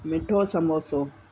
मिठो समोसो